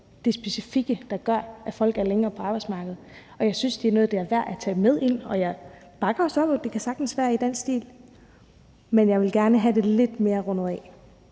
der specifikt gør, at folk er længere tid på arbejdsmarkedet. Jeg synes, det er noget, der er værd at tage med ind, og jeg bakker også op om det – det kan sagtens være noget i den stil. Men jeg vil gerne have det lidt mere rundet af.